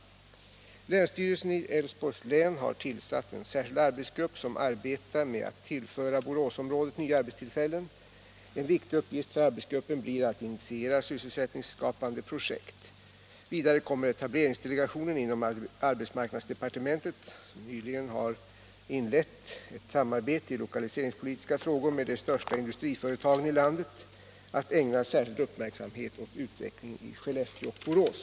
Länsstyrelsen i Älvsborgs län har tillsatt en särskild arbetsgrupp som arbetar med att tillföra Boråsområdet nya arbetstillfällen. En viktig uppgift för arbetsgruppen blir att initiera sysselsättningsskapande projekt. Vidare kommer etableringsdelegationen inom arbetsmarknadsdepartementet, som nyligen har inlett ett samarbete i lokaliseringspolitiska frågor med de största industriföretagen i landet, att ägna särskild uppmärksamhet åt utvecklingen i Skellefteå och Borås.